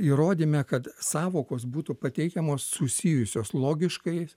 įrodyme kad sąvokos būtų pateikiamos susijusios logiškai